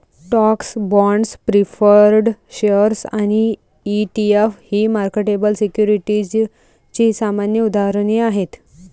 stocks, bonds, preferred shares आणि ETF ही marketable सिक्युरिटीजची सामान्य उदाहरणे आहेत